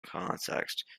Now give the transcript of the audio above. context